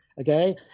Okay